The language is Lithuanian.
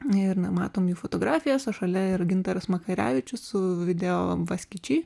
ir nematomi fotografijos o šalia yra gintaras makarevičius su video vas ki či